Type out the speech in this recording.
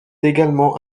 également